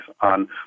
on